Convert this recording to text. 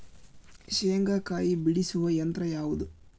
ಶೇಂಗಾಕಾಯಿ ಬಿಡಿಸುವ ಯಂತ್ರ ಯಾವುದು?